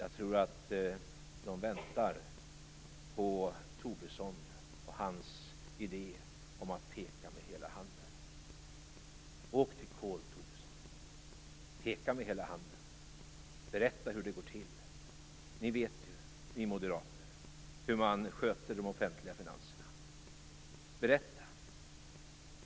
Jag tror att de väntar på Tobisson och hans idéer om att peka med hela handen.